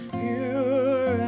pure